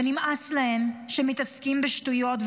ונמאס להם שמתעסקים בשטויות,